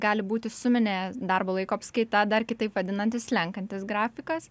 gali būti suminė darbo laiko apskaita dar kitaip vadinantis slenkantis grafikas